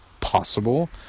possible